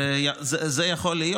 זה יכול להיות.